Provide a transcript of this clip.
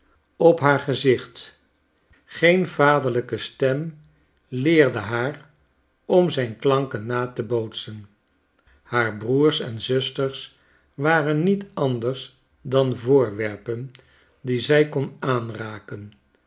op haar gezicht geen vaderlijke stem leerde haar om zijn klanken na te bootsten haar broers en zusters waren niet andersdan voorwerpen die zij kon aanraken